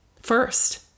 first